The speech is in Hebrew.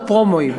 בפרומואים.